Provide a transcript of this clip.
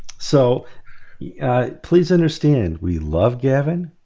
so yeah please understand we love gavin,